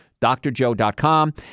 drjoe.com